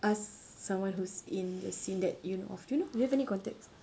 ask someone who's in the scene that you know of do you know do you have any contacts